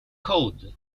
code